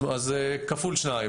אז כפול שניים.